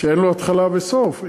שאין לו התחלה וסוף.